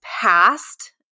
past